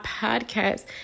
podcast